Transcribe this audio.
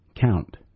count